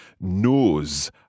knows